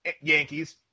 Yankees